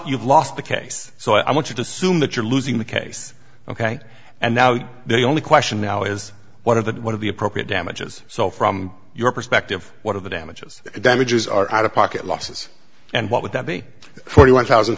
you've lost the case so i want you to assume that you're losing the case ok and now the only question now is what are the one of the appropriate damages so from your perspective what are the damages damages are out of pocket losses and what would that be forty one thousand